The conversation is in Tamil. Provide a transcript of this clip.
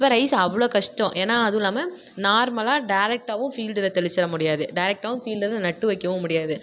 இப்போ ரைஸ் அவ்வளோ கஷ்டம் ஏன்னா அதுவும் இல்லாமல் நார்மலாக டைரக்டாவும் ஃபீல்டில் தெளிச்சிட முடியாது டைரக்டாவும் ஃபீல்டில் நட்டு வைக்கவும் முடியாது